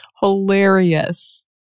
hilarious